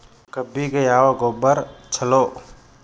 ಕಬ್ಬಿಗ ಯಾವ ಗೊಬ್ಬರ ಛಲೋ?